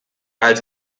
als